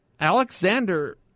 Alexander